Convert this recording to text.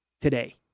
today